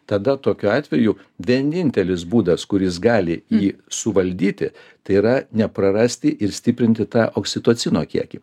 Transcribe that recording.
tada tokiu atveju vienintelis būdas kuris gali jį suvaldyti tai yra neprarasti ir stiprinti tą oksitocino kiekį